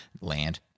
land